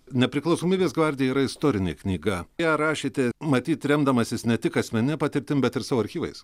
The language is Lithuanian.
nepriklausomybės gvardija yra istorinė knyga ją rašėte matyt remdamasis ne tik asmenine patirtim bet ir savo archyvais